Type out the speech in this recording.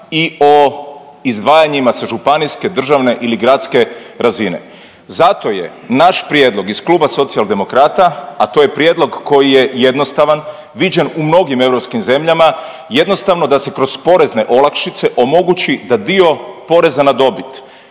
i o izdvajanjima sa županijske, državne ili gradske razine. Zato je naš prijedlog iz Kluba socijaldemokrata, a to je prijedlog koji je jednostavan, viđen u mnogim europskim zemljama, jednostavno da se kroz porezne olakšice omogući da dio poreza na dobit,